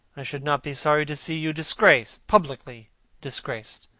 i should not be sorry to see you disgraced, publicly disgraced.